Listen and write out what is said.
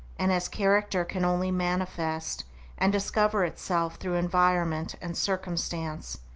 and as character can only manifest and discover itself through environment and circumstance,